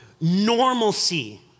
normalcy